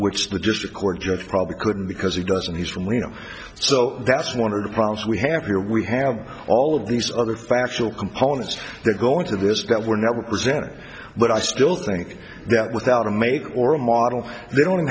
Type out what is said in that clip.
which the district court judge probably couldn't because he doesn't he's from leno so that's one of the problems we have here we have all of these other factual components that go into this that were never presented but i still think that without a maid or a model they don't